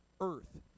earth